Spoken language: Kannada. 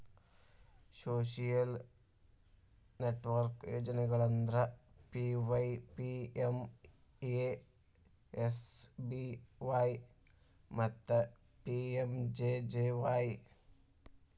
ಸೋಶಿಯಲ್ ಸೆಕ್ಟರ್ ಯೋಜನೆಗಳಂದ್ರ ಪಿ.ವೈ.ಪಿ.ಎಮ್.ಎಸ್.ಬಿ.ವಾಯ್ ಮತ್ತ ಪಿ.ಎಂ.ಜೆ.ಜೆ.ವಾಯ್